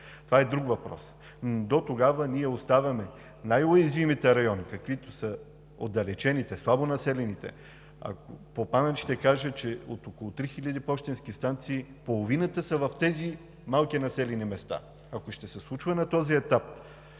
това е друг въпрос. Дотогава ние оставяме най-уязвимите райони, каквито са отдалечените, слабо населените, по памет ще кажа, че от около три хиляди пощенски станции, половината са в тези малки населени места, и ако ще се случва на този етап